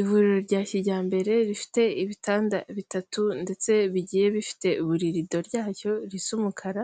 Ivuriro rya kijyambere rifite ibitanda bitatu ndetse bigiye bifite buri rido ryacyo risa umukara,